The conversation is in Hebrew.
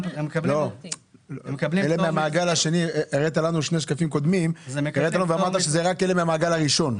מקבלים --- בשני השקפים הקודמים אמרת שזה רק לאלה מהמעגל הראשון.